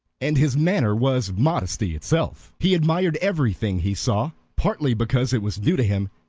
and his manner was modesty itself. he admired everything he saw, partly because it was new to him,